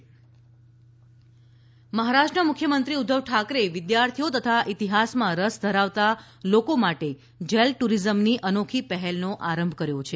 jail પ્રવાસન મહારાષ્ટ્રના મુખ્યમંત્રી ઉધ્ધવ ઠાકરેએ વિદ્યાર્થીઓ તથા ઇતીહાસમાં રસ ધરાવતા લોકો માટે જેલ ટુરીઝમની અનોખી પહેલનો પ્રારંભ કર્યો છે